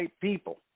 people